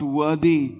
worthy